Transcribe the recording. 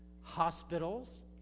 hospitals